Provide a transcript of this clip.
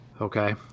Okay